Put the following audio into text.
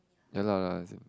ya lah